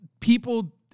People